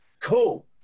cool